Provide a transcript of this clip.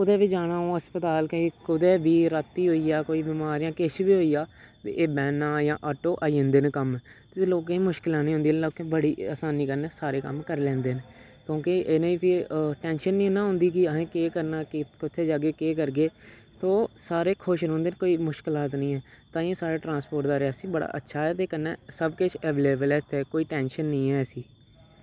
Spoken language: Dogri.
कुदै बी जाना होऐ हस्पताल कदें कुदै बी रातीं होई गेआ कोई बमार जां किश बी होई जा ते एह् वैनां जां आटो आई जन्दे न कम्म ते लोकें गी मुश्कला नि होन्दियां लोकें बड़ी असानी कन्नै सारे कम्म करी लैंदे न क्योंकि इ'नेंगी फ्ही टैंशन नि ना होंदी कि असें केह् करना कुत्थें जाह्गे केह् करगे तो सारे खुश रौंह्दे कोई मुश्कालत नि ऐ ताइयें साढ़े ट्रांसपोर्ट दा रियासी बड़ा अच्छा ऐ ते कन्नै सब किश अवेलेवल ऐ इत्थें कोई टैंशन नि ऐ इसी